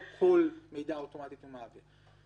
לא כל מידע אוטומטית הוא מעביר.